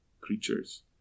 creatures